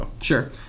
Sure